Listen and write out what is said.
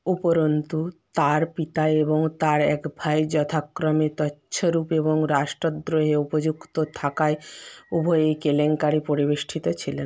উপরন্তু তার পিতা এবং তার এক ভাই যথাক্রমে তছরুপ এবং রাষ্ট্রদ্রোহে উপযুক্ত থাকায় উভয়ই কেলেঙ্কারি পরিবেষ্টিত ছিলেন